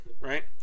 right